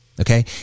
Okay